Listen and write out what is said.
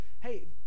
Hey